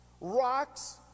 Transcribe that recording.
Rocks